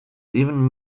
even